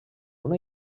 una